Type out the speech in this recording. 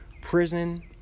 prison